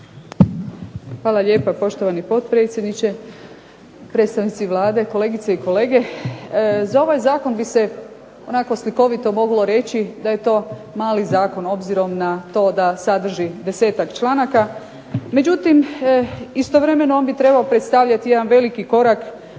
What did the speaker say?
Hvala lijepa poštovani potpredsjedniče, predstavnici Vlade, kolegice i kolege. Za ovaj zakon bi se onako slikovito moglo reći da je to mali zakon, obzirom na to da sadrži 10-ak članaka, međutim istovremeno on bi trebao predstavljati jedan veliki korak,